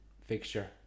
fixture